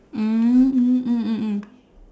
mm mm mm mm mm